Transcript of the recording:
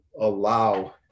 allow